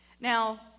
Now